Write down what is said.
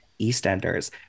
EastEnders